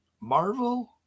marvel